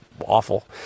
awful